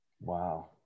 Wow